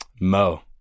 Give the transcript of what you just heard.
Mo